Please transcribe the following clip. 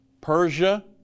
Persia